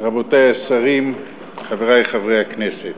רבותי השרים, חברי חברי הכנסת,